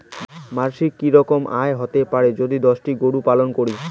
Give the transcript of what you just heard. মাসিক কি রকম আয় হতে পারে যদি দশটি গরু পালন করি?